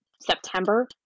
September